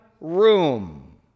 room